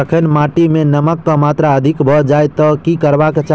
जखन माटि मे नमक कऽ मात्रा अधिक भऽ जाय तऽ की करबाक चाहि?